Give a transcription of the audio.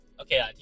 Okay